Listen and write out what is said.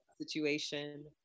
situation